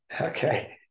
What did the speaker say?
Okay